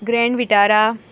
grand Vitara